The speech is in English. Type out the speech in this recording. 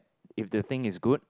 if the thing is good